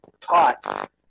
taught